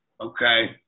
Okay